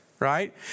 Right